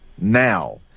now